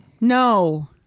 No